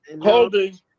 Holding